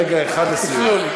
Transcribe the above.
רגע אחד לסיום.